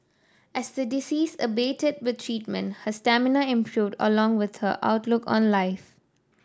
as the disease abated with treatment her stamina improved along with her outlook on life